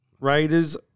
Raiders